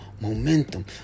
momentum